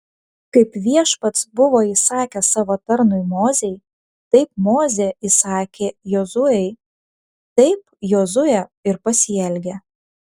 kaip viešpats buvo įsakęs savo tarnui mozei taip mozė įsakė jozuei taip jozuė ir pasielgė